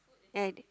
and